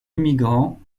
immigrants